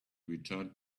returned